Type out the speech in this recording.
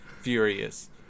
Furious